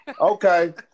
okay